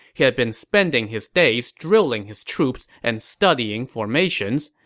he had been spending his days drilling his troops and studying formations,